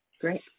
Great